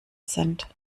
sind